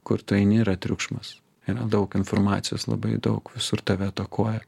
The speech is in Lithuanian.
kur tu eini yra triukšmas yra daug informacijos labai daug visur tave atakuoja